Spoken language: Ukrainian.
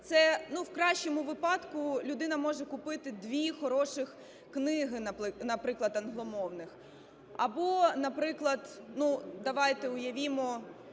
Це, ну, в кращому випадку людина може купити 2 хороших книги, наприклад, англомовних або, наприклад, ну, давайте, уявімо,